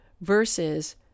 versus